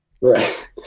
right